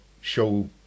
show